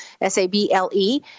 s-a-b-l-e